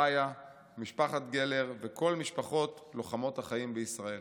רעיה, משפחת גלר וכל משפחות לוחמות החיים בישראל.